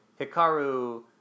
Hikaru